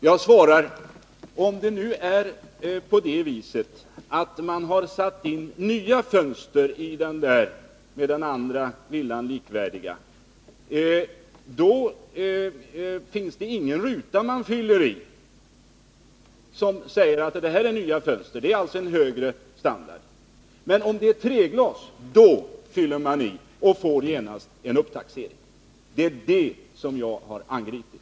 Jag svarar: Om man har satt in nya fönster i den andra likvärdiga villan, finns det ingen ruta att fylla i på deklarationsblanketten där man kan ange att det är fråga om nya fönster och därigenom en standardhöjning. Men om det är treglasfönster som man har satt in, finns det en ruta att fylla i. Och då får man genast en upptaxering. Det är detta som jag har angripit.